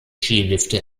skilifte